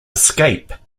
escape